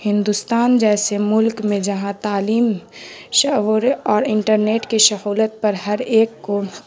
ہندوستان جیسے ملک میں جہاں تعلیم شور اور انٹرنیٹ کی شہولت پر ہر ایک کو